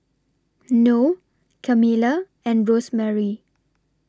Noe Camilla and Rosemarie